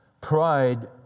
Pride